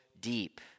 deep